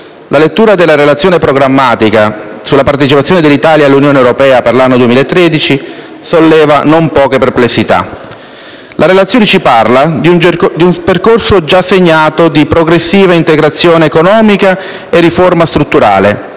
la lettura della relazione programmatica sulla partecipazione dell'Italia all'Unione europea per l'anno 2013 solleva non poche perplessità. La relazione ci parla di un percorso già segnato di progressiva integrazione economica e riforma strutturale,